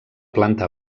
planta